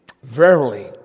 Verily